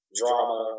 drama